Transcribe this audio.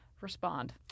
respond